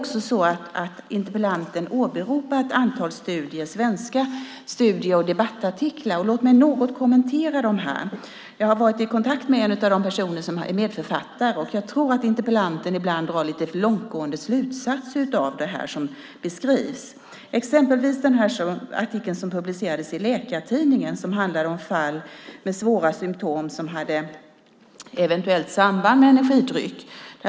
Interpellanten åberopar ett antal svenska studier och debattartiklar. Låt mig kommentera dem något. Jag har varit i kontakt med en av de personer som är medförfattare. Jag tror att interpellanten ibland drar lite för långtgående slutsatser av det som beskrivs. Exempelvis gäller det artikeln i Läkartidningen som handlade om fall med svåra symtom som eventuellt hade samband med energidryck.